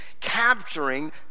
capturing